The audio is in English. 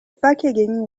packaging